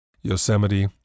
Yosemite